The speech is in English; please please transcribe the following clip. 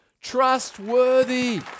trustworthy